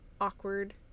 Awkward